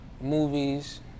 movies